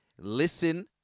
Listen